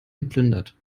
geplündert